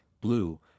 blue